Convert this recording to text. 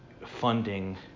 funding